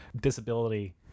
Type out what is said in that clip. disability